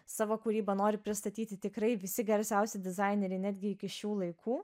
savo kūrybą nori pristatyti tikrai visi garsiausi dizaineriai netgi iki šių laikų